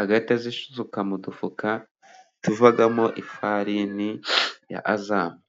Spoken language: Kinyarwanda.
agahita azisuka mu dufuka tuvamo ifarini ya Azamu.